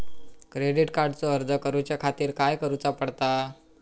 Credit कार्डचो अर्ज करुच्या खातीर काय करूचा पडता?